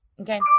okay